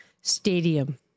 Stadium